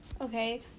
okay